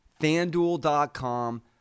FanDuel.com